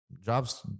jobs